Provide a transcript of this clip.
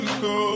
go